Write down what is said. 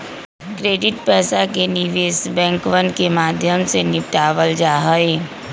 credit पैसा के निवेश बैंकवन के माध्यम से निपटावल जाहई